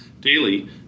Daily